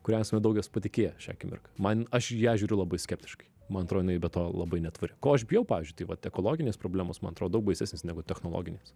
kur esame daug kas patikėję šią akimirką man aš į ją žiūriu labai skeptiškai man atrodo jinai be to labai netvari ko aš bijau pavyzdžiui tai vat ekologinės problemos man atrodo baisesnės negu technologinės